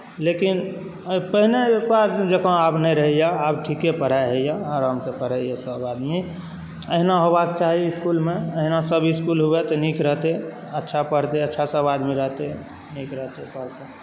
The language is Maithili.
लेकिन पहिने जकाँ आब नहि रहैए आब ठीके पढ़ाइ होइए आरामसँ पढ़ाइ होइए सभआदमी एहिना होयबाक चाही इस्कुलमे एहिना सभ इस्कुल हुए तऽ नीक रहतै अच्छा पढ़तै अच्छा सभआदमी रहतै नीक रहतै पढ़तै